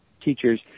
teachers